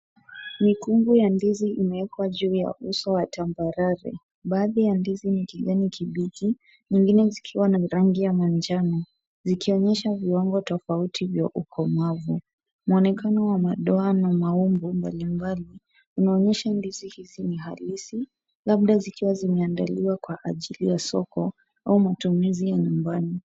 Mikungu ya ndizi imeekwa juu ya uso wa tambarare. Baadhi ya ndizi ni kijani kibichi zingine zikiwa na rangi ya manjano zikionyesha viwango tofauti vya ukomavu. Muonekano wa madoa na maumbo mbalimbali, unaonyesha ndizi hizi ni halisi labda zikiwa zimeandiliwa kwa ajili ya soko au matumizi ya nyumbani.